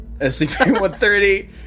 SCP-130